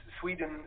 Sweden